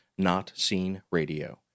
notseenradio